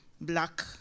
black